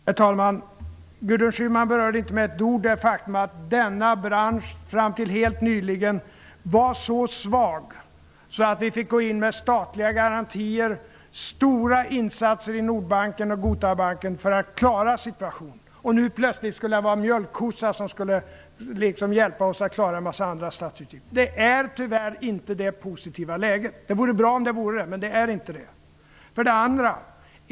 Herr talman! Gudrun Schyman berörde inte med ett ord det faktum att denna bransch fram till helt nyligen var så svag att vi fick gå in med statliga garantier, stora insatser i Nordbanken och Gotabanken, för att klara situationen. Nu plötsligt skall de vara en mjölkkossa för att hjälpa oss att klara en mängd andra statsutgifter. Det är tyvärr inte det positiva läget. Det vore bra om det var så, men det är inte det.